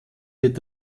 wird